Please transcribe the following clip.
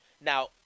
Now